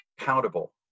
accountable